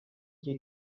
hier